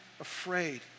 afraid